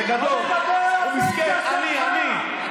"באמצעות שימוע פומבי שיתקיים בפני הוועדה לבחירת שופטים,